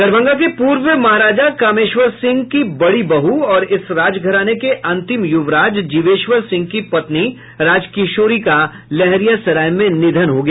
दरभंगा के पूर्व महाराजा कामेश्वर सिंह की बड़ी बहू और इस राजघराने के अंतिम युवराज जीवेश्वर सिंह की पत्नी राज किशोरी का लहेरियासराय में निधन हो गया